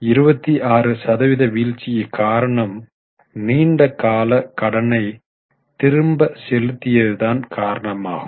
26 சதவீத வீழ்ச்சிக்கு காரணம் நீண்ட கால கடனை திரும்ப செலுத்தியது தான் காரணமாகும்